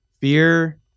fear